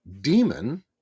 demon